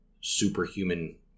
superhuman